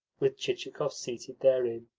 with chichikov seated therein,